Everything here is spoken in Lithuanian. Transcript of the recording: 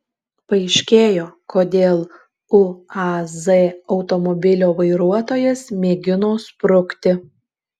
paaiškėjo kodėl uaz automobilio vairuotojas mėgino sprukti